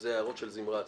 וזה ההערות של זמרת.